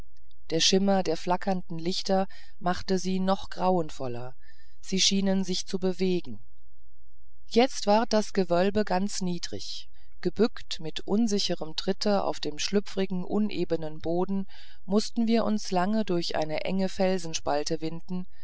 der schimmer der flackernden lichter machte sie noch grausenvoller sie schienen sich zu bewegen jetzt ward das gewölbe ganz niedrig gebückt mit unsicherem tritte auf dem schlüpfrigen unebenen boden mußten wir uns lange durch eine enge felsenspalte winden